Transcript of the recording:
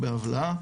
אבלה,